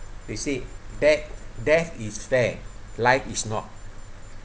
they say death death is fair life is not